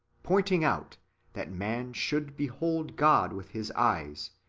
pointing out that man should behold god with his eyes,